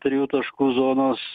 trijų taškų zonos